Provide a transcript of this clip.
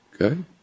Okay